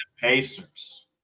Pacers